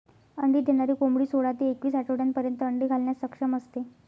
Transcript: अंडी देणारी कोंबडी सोळा ते एकवीस आठवड्यांपर्यंत अंडी घालण्यास सक्षम असते